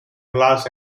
glass